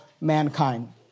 mankind